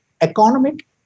economic